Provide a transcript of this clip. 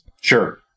Sure